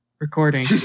recording